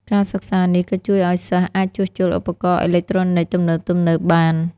ការសិក្សានេះក៏ជួយឱ្យសិស្សអាចជួសជុលឧបករណ៍អេឡិចត្រូនិចទំនើបៗបាន។